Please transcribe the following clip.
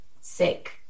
sick